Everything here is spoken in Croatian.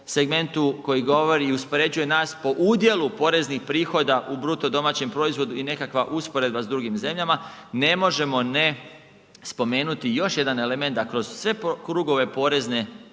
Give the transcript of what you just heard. segmentu koji govori i uspoređuje nas po udjelu poreznih prihoda u BDP i nekakva usporedba s drugim zemljama ne možemo ne spomenuti još jedan element da kroz sve krugove porezne